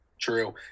True